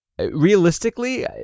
Realistically